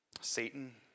Satan